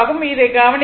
இதை கவனிக்கவும்